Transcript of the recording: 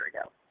ago